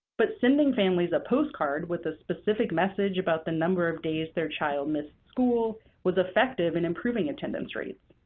but sending families a postcard with a specific message about the number of days their child missed school was effective in improving attendance rates.